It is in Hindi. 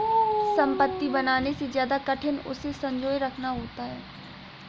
संपत्ति बनाने से ज्यादा कठिन उसे संजोए रखना होता है